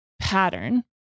pattern